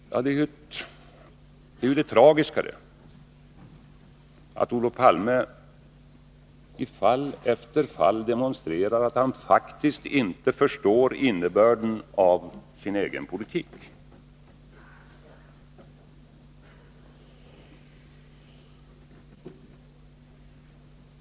Det är ju det tragiska, att Olof Palme i fall efter fall demonstrerar att han faktiskt inte förstår innebörden av sin egen politik.